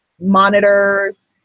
monitors